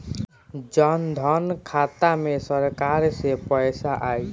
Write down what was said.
जनधन खाता मे सरकार से पैसा आई?